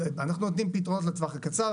אנחנו נותנים פתרונות לטווח הקצר,